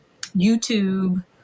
youtube